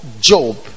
Job